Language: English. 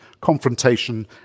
confrontation